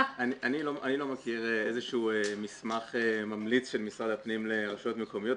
--- אני לא מכיר איזשהו מסמך ממליץ של משרד הפנים לרשויות מקומיות.